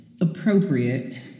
appropriate